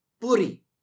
Puri